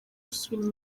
gusubira